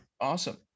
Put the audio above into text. Awesome